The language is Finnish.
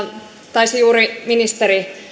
taisi juuri ministeri